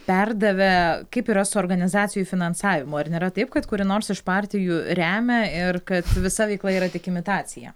perdavė kaip yra su organizacijų finansavimu ar nėra taip kad kuri nors iš partijų remia ir kad visa veikla yra tik imitacija